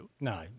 No